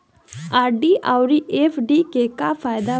RD आउर F D के का फायदा बा?